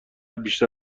بیشتر